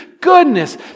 goodness